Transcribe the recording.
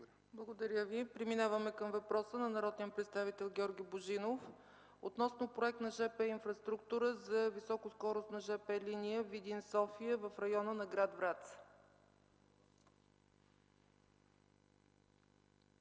Благодаря Ви. Преминаваме към въпроса на народния представител Георги Божинов относно Проект на железопътна инфраструктура за високоскоростна железопътна линия Видин-София в района на гр. Враца.